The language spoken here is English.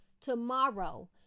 Tomorrow